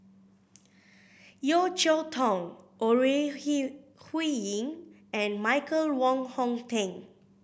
Yeo Cheow Tong Ore Huiying and Michael Wong Hong Teng